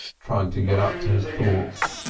trying to get up to his thoughts.